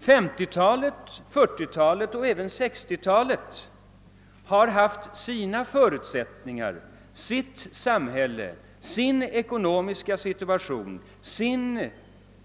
1940-, 1950 och 1960-talen har haft sina förutsättningar, sitt samhälle, sin ekonomiska situation, sin